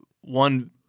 one